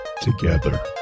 together